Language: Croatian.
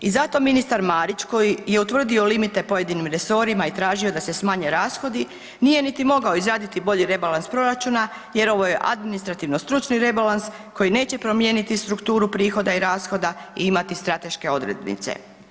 I zato ministar Marić koji je utvrdio limite pojedinim resorima i tražio da se smanje rashodi nije niti mogao izraditi bolji rebalans proračuna jer ovo je administrativno stručni rebalans koji neće promijeniti strukturu prihoda i rashoda i imati strateške odrednice.